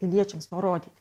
piliečiams parodyt